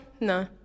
no